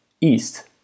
east